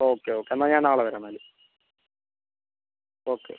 okay okay എന്നാൽ ഞാൻ നാളെ വരാം എന്നാൽ ഓക്കെ